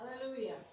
Hallelujah